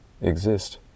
exist